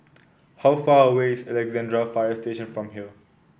how far away is Alexandra Fire Station from here